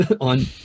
on